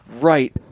right